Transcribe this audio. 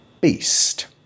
Beast